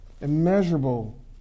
Immeasurable